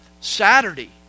Saturday